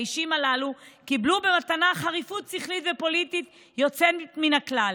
האישים הללו קיבלו במתנה חריפות שכלית ופוליטית יוצאת מן הכלל.